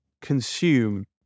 consume